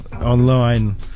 online